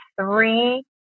three